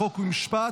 חוק ומשפט,